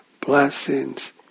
blessings